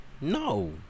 No